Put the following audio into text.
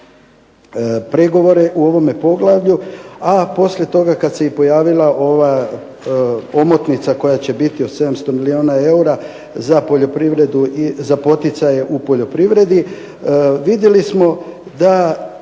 pregovore u ovome poglavlju. A poslije toga kada se pojavila omotnica koja će biti od 700 milijuna eura za poticaje u poljoprivredi, vidjeli smo da